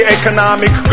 economic